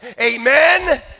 Amen